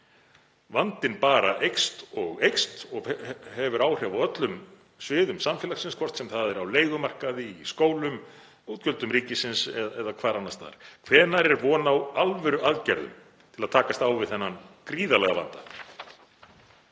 Vandinn bara eykst og eykst og hefur áhrif á öllum sviðum samfélagsins, hvort sem það er á leigumarkaði, í skólum, útgjöldum ríkisins eða annars staðar. Hvenær er von á alvöruaðgerðum til að takast á við þennan gríðarlega vanda?